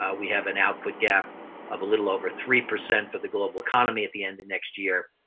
ah we have an output gap of a little over three percent for the global economy at the end of next year.